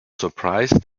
surprised